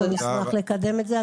אנחנו נשמח לקדם את זה,